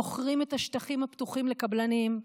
מוכרים את השטחים הפתוחים לקבלנים,